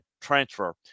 transfer